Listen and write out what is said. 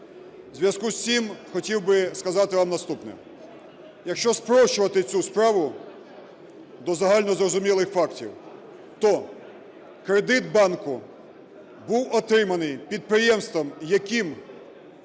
зв'язку з цим хотів би сказати вам наступне. Якщо спрощувати цю справу до загально зрозумілих фактів, то кредит банку був отриманий підприємством, яким